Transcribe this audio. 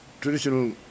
traditional